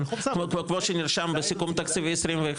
כמו שנרשם בסיכום תקציבי 21,